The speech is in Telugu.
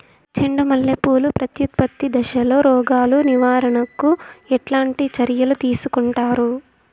చెండు మల్లె పూలు ప్రత్యుత్పత్తి దశలో రోగాలు నివారణకు ఎట్లాంటి చర్యలు తీసుకుంటారు?